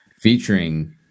featuring